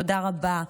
תודה רבה,